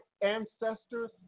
ancestors